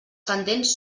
pendents